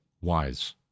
wise